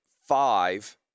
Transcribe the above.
five